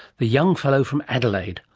the young fellow from adelaide,